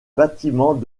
bâtiments